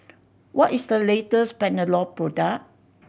what is the latest Panadol product